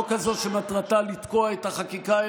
לא כזאת שמטרתה לתקוע את החקיקה,